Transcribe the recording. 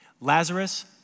Lazarus